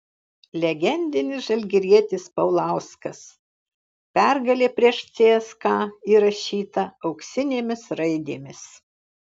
legendinis žalgirietis paulauskas pergalė prieš cska įrašyta auksinėmis raidėmis